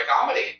comedy